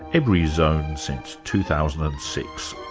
every zone since two thousand and six.